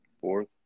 fourth